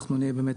אנחנו נהיה באמת